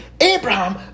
Abraham